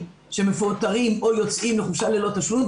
שמפוטרים או יוצאים לחופשה ללא תשלום,